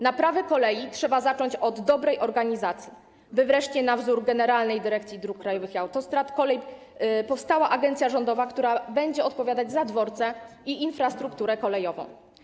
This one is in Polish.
Naprawę kolei trzeba zacząć od dobrej organizacji, by wreszcie na wzór Generalnej Dyrekcji Dróg Krajowych i Autostrad powstała agencja rządowa, która będzie odpowiadać za dworce i infrastrukturę kolejową.